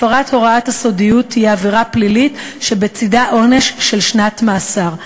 הפרת הוראת הסודיות תהיה עבירה פלילית שבצדה עונש של שנת מאסר.